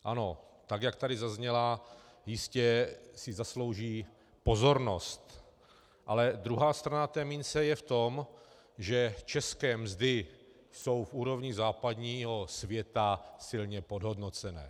Ano, tak jak tady zazněla, jistě si zaslouží pozornost, ale druhá strana mince je v tom, že české mzdy jsou v úrovni západního světa silně podhodnocené.